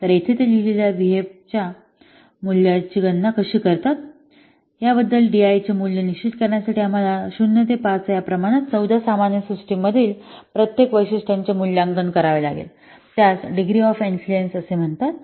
तर येथे ते लिहिलेल्या व्हीएएफच्या मूल्याची गणना कशी करतात याबद्दल डीआयएचे मूल्य निश्चित करण्यासाठी आम्हाला 0 ते 5 च्या प्रमाणात 14 सामान्य सिस्टिम तील प्रत्येक वैशिष्ट्याचे मूल्यांकन करावे लागेल त्यास डिग्री ऑफ इन्फ्लुएन्स असे म्हणतात